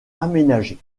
aménagé